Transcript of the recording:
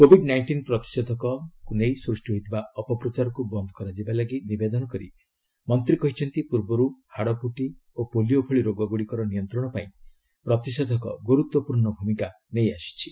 Covid nineteen ପ୍ରତିଷେଧକଙ୍କୁ ନେଇ ସୃଷ୍ଟି ହୋଇଥିବା ଅପପ୍ରଚାରକୁ ବନ୍ଦ କରାଯିବା ଲାଗି ନିବେଦନ କରି ମନ୍ତ୍ରୀ କହିଛନ୍ତି ପୂର୍ବରୁ ହାଡପୁଟି ଓ ପୋଲିଓ ଭଳି ରୋଗଗୁଡ଼ିକର ନିୟନ୍ତ୍ରଣ ପାଇଁ ପ୍ରତିଷେଧକ ଗୁରୁତ୍ୱପୂର୍ଣ୍ଣ ଭୂମିକା ନେଇଆସିଛି